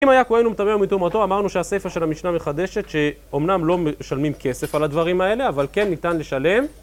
אם היה פה אין הוא מטמא מטומאתו, אמרנו שהסיפא של המשנה מחדשת שאומנם לא משלמים כסף על הדברים האלה, אבל כן ניתן לשלם